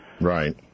Right